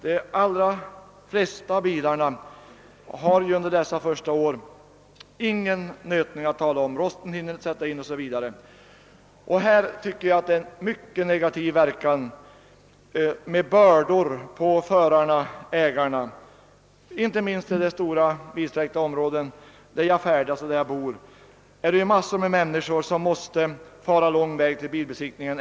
De allra flesta bilar är under dessa första år inte utsatta för någon nötning att tala om, rosten hinner inte sätta in o. s. V. Förslaget om tidigare kontroll får en mycket negativ verkan och lägger bördor på förarna-ägarna. Inte minst i det vidsträckta område där jag bor och färdas är det mängder av människor som måste resa lång väg till bilbesiktningen.